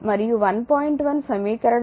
1 సమీకరణం నుండి I dq dt